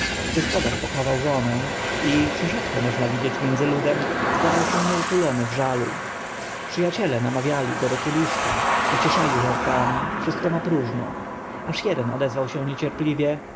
gospodarz pochował żonę i co rzadko można widzieć między ludem zdawał się nieutulony w żalu przy aciele namawiali go do kieliszka pocieszali żartami wszystko na próżno aż eden odezwał się niecierpliwie